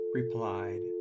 replied